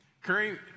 Curry